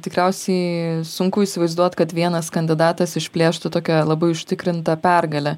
tikriausiai sunku įsivaizduot kad vienas kandidatas išplėštų tokią labai užtikrintą pergalę